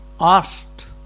asked